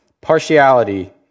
Partiality